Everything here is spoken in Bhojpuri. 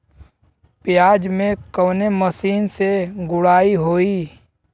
प्याज में कवने मशीन से गुड़ाई होई?